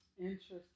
Interesting